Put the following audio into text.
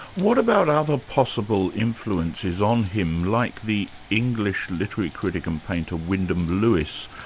what about other possible influences, on him, like the english literary critic and painter wyndham lewis,